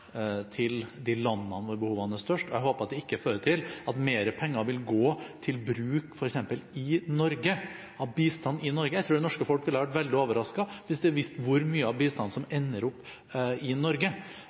til de landene hvor behovene er størst. Jeg håper at det ikke fører til at mer penger til bistand vil gå til bruk f.eks. i Norge. Jeg tror det norske folk ville vært veldig overrasket hvis de visste hvor mye av bistanden som ender